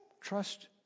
Trust